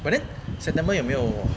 but then september 有没有